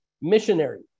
missionary